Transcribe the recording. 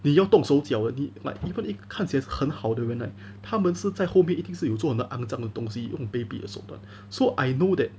你要动手脚的你 like even if 看起来很好的人 right 他们是在后面一定是有做那种肮脏的东西用卑鄙的手段 so I know that